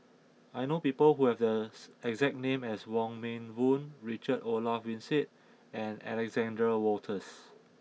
I know people who have the exact name as Wong Meng Voon Richard Olaf Winstedt and Alexander Wolters